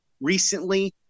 recently